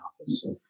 office